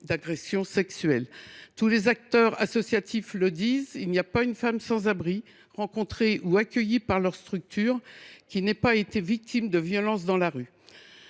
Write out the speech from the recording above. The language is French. d’agressions sexuelles. Les acteurs associatifs sont unanimes : il n’est pas une femme sans abri rencontrée ou accueillie par leur structure qui n’ait été victime de violences dans la rue.